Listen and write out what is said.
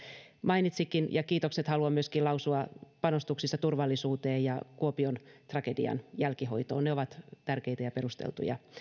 mainitsikin kiitokset haluan lausua myöskin panostuksista turvallisuuteen ja kuopion tragedian jälkihoitoon ne ovat tärkeitä ja perusteltuja